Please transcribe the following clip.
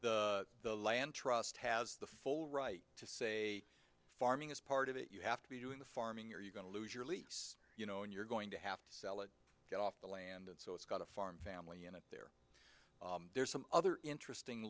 the land trust has the full right to say farming is part of it you have to be doing the farming you're going to lose your lease you know and you're going to have to sell it get off the land and so it's got a farm family unit there's some other interesting